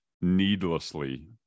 needlessly